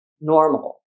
normal